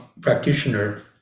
practitioner